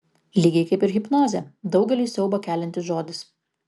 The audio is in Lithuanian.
lygiai kaip ir hipnozė daugeliui siaubą keliantis žodis